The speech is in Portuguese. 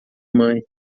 mãe